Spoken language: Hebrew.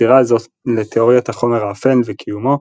הסתירה הזו לתאוריית החומר האפל וקיומו,